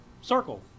circle